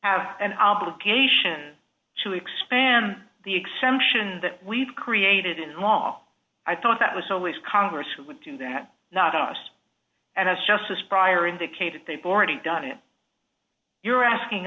have an obligation to expand the exemption that we've created in law i thought that was always congress who would do that not us as justice prior indicated they've already done it you're asking